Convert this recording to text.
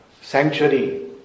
sanctuary